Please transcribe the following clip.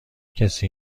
کسی